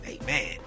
Amen